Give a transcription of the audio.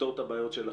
לפתור את הבעיות שלכם.